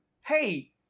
Hey